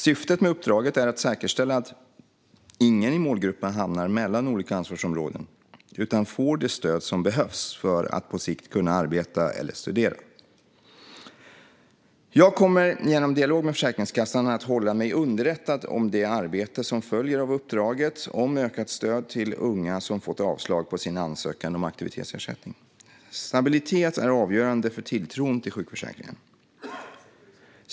Syftet med uppdraget är att säkerställa att ingen i målgruppen hamnar mellan olika ansvarsområden utan får det stöd som behövs för att på sikt kunna arbeta eller studera. Jag kommer genom dialog med Försäkringskassan att hålla mig underrättad om det arbete som följer av uppdraget om ökat stöd till unga som fått avslag på sin ansökan om aktivitetsersättning. Stabilitet är avgörande för tilltron till sjukförsäkringen.